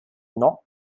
not